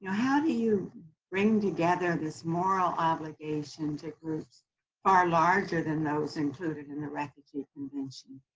how do you bring together this moral obligation to groups far larger than those included in the refugee convention?